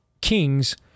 Kings